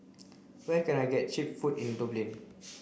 where can I get cheap food in Dublin